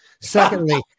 Secondly